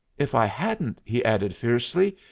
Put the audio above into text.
if i hadn't, he added fiercely,